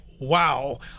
Wow